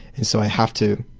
and so i have to